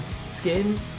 skin